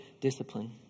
discipline